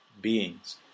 beings